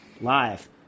live